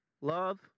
Love